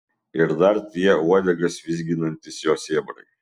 ir dar tie uodegas vizginantys jo sėbrai